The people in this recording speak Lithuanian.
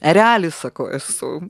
erelis sakau esu